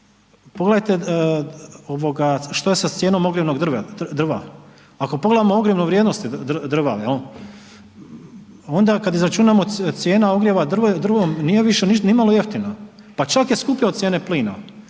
Pogledajte ovoga što je sa cijenom ogrjevnog drva. Ako pogledamo ogrjevnu vrijednost drva jel, onda kad izračunamo cijena ogrjeva drvom nije više nimalo jeftina, pa čak je skuplja od cijene plina.